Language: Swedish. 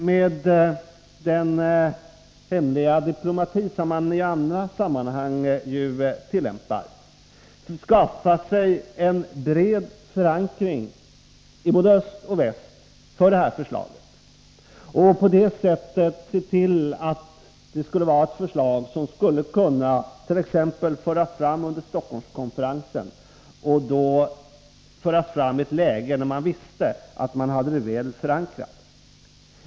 Med den hemliga diplomati som man i andra sammanhang tillämpar kunde man ha skaffat sig en bred förankring i både öst och väst för det här förslaget och på det sättet sett till att förslaget skulle kunna föras fram t.ex. vid Stockholmskonferensen, i ett läge då man visste att man hade förslaget väl förankrat.